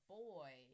boy